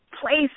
place